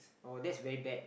oh that's very bad